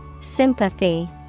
Sympathy